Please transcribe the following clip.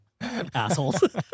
Assholes